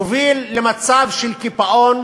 מוביל למצב של קיפאון